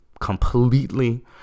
completely